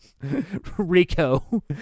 Rico